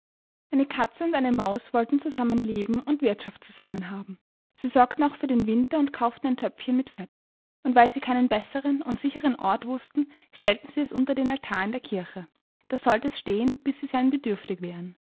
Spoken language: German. eine katze und eine maus wollten zusammen leben und wirthschaft zusammen haben sie sorgten auch für den winter und kauften ein töpfchen mit fett und weil sie keinen bessern und sicherern ort wußten stellten sie es unter der altar in der kirche da sollt es stehen bis sie sein bedürftig wären